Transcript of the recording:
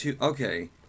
okay